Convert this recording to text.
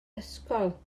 ysgol